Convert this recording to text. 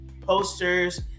posters